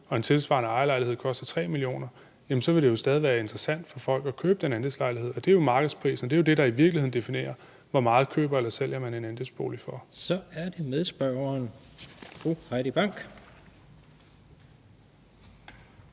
og en tilsvarende ejerlejlighed koster 3 mio. kr., så vil det jo stadig være interessant for folk at købe den andelslejlighed. Og det er jo markedsprisen. Det er jo den, der i virkeligheden definerer, hvor meget man køber eller sælger en andelsbolig for. Kl. 17:30 Tredje næstformand